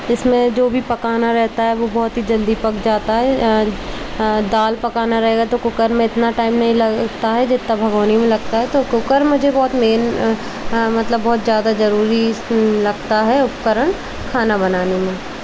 इसमें जो भी पकाना रहता है वो बहुत ही जल्दी पक जाता है दाल पकाना रहेगा तो कुकर में इतना टाइम नहीं लगता है जितना भगौने में लगता है तो कुकर मुझे बहुत मेन मतलब बहुत ज़्यादा ज़रूरी लगता है उपकरण खाना बनाने में